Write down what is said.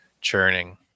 churning